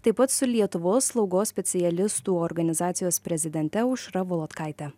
taip pat su lietuvos slaugos specialistų organizacijos prezidente aušra volodkaite